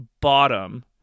bottom